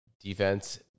defense